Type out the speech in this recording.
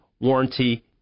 warranty